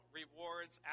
rewards